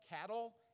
cattle